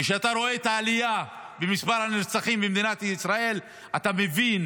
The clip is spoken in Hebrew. כשאתה רואה את העלייה במספר הנרצחים במדינת ישראל אתה מבין